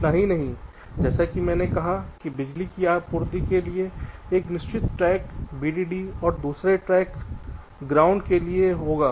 इतना ही नहीं जैसा कि मैंने कहा कि बिजली की आपूर्ति के लिए एक निश्चित ट्रैक VDD और दूसरा ट्रैक ग्राउंड के लिए होगा